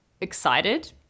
excited